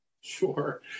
Sure